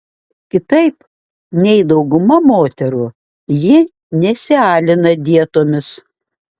kitaip nei dauguma moterų ji nesialina dietomis